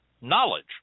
knowledge